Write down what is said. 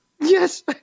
Yes